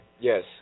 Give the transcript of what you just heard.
Yes